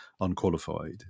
unqualified